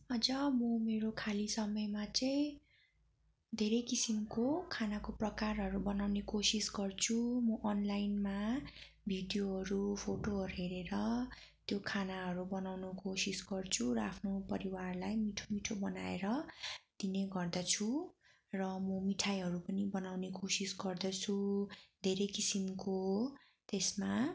आज म मेरो खाली समयमा चाहिँ धेरै किसिमको खानाको प्रकारहरू बनाउने कोसिस गर्छु म अनलाइनमा भिडियोहरू फोटो हेरेर त्यो खानाहरू बनाउने कोसिस गर्छु र आफ्नो परिवारलाई मिठो मिठो बनाएर दिने गर्दछु र म मिठाईहरू पनि बनाउने कोसिस गर्दछु धेरै किसिमको त्यसमा